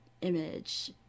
image